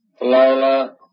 Lola